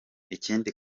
ikindi